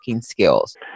skills